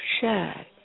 share